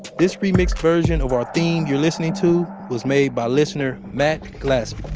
this remixed version of our theme you're listening to was made by listener, matt glasbey.